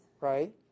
right